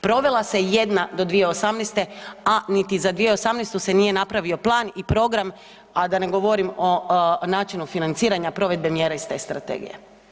Provela se jedna do 2018., a niti za 2018. se nije napravio plan i program, a da ne govorim o načinu financiranja provedbe mjere iz te strategije.